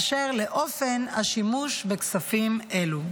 באשר לאופן השימוש בכספים אלה.